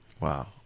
Wow